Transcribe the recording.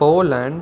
Poland